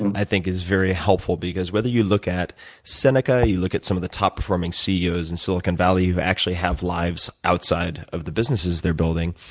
i think is very helpful. because whether you look at seneca, you look at some of the top performing ceos in silicon valley who actually have lives outside of the businesses they're building,